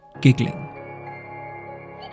giggling